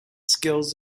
skills